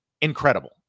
Incredible